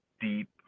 deep